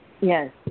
yes